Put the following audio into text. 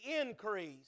increase